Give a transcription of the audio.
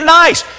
nice